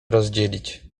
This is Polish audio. rozdzielić